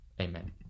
Amen